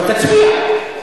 אבל תצביע.